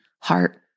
heart